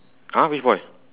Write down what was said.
!huh! which boy